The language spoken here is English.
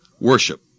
worship